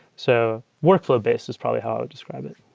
so workflow-base is probably how i'd describe it.